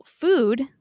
food